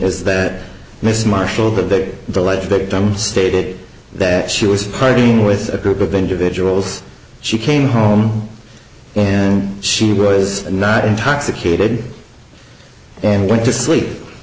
is that mrs marshall that the alleged victim stated that she was partying with a group of individuals she came home and she was not intoxicated and went to sleep